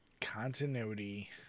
Continuity